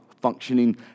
functioning